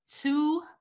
two